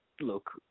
look